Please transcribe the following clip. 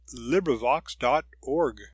LibriVox.org